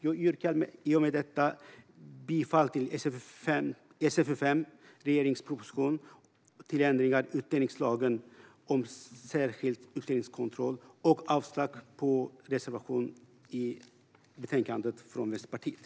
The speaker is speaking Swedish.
Jag yrkar i och med detta bifall till utskottets förslag i SfU5 om ändringar i utlänningslagen och i lagen om särskild utlänningskontroll och avslag på reservationen från Vänsterpartiet.